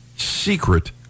Secret